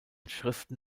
schriften